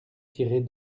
tirer